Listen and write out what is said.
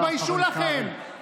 תתביישו לכם,